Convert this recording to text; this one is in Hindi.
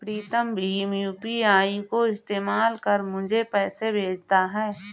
प्रीतम भीम यू.पी.आई का इस्तेमाल कर मुझे पैसे भेजता है